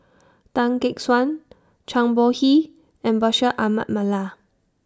Tan Gek Suan Zhang Bohe and Bashir Ahmad Mallal